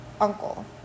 uncle